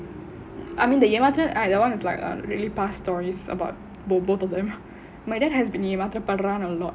I mean the ஏமாத்துறான்:yaemaathuraan that [one] is like a really past stories about the both of them my dad has been ஏமாத்தப்படுறான்:yaemaathapaduraan a lot